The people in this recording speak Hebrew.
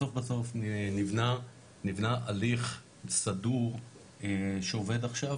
בסוף בסוף נבנה הליך סדור שעובד עכשיו